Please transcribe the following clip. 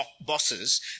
bosses